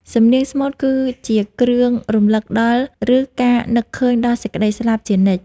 សំឡេងស្មូតគឺជាគ្រឿងរំលឹកដល់ ឬការនឹកឃើញដល់សេចក្ដីស្លាប់ជានិច្ច។